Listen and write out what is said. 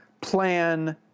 plan